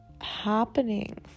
happening